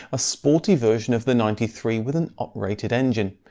a sporty version of the ninety three with an uprated engine.